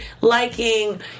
liking